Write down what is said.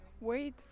wait